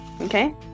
Okay